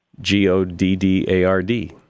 G-O-D-D-A-R-D